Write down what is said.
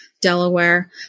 Delaware